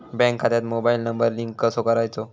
Bank खात्यात mobile number link कसो करायचो?